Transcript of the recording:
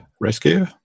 rescue